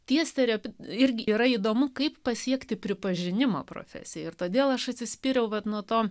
tie stereotipai irgi yra įdomu kaip pasiekti pripažinimą profesija ir todėl aš atsispyriau vat nuo to